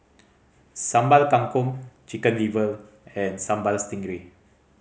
Sambal Kangkong Chicken Liver and Sambal Stingray